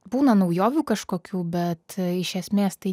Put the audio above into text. būna naujovių kažkokių bet iš esmės tai